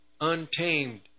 untamed